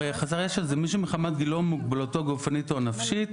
הרי חסר ישע זה מי שמחמת גילו ומוגבלותו הגופנית או הנפשית,